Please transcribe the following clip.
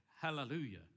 Hallelujah